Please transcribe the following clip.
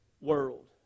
world